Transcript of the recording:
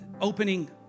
opening